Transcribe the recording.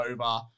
over